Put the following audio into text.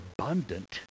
abundant